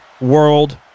World